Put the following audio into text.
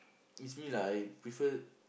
if me lah I prefer